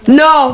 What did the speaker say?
no